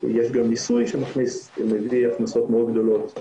יש גם מיסוי שמכניס הכנסות מאוד גדולות למדינה,